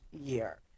year